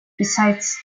besides